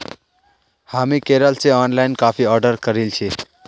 हामी केरल स ऑनलाइन काफी ऑर्डर करील छि